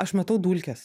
aš matau dulkes